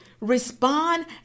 respond